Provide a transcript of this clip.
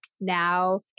now